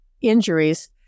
injuries